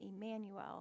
Emmanuel